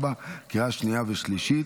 2024, לקריאה שנייה ושלישית.